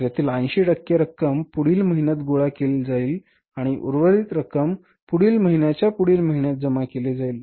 तर यातील 80 टक्के रक्कम पुढील महिन्यात गोळा केली जाईल आणि उर्वरित रक्कम पुढील महिन्याच्या पुढील महिन्यात जमा केली जाईल